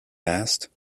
asked